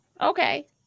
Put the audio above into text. Okay